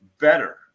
better